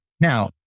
Now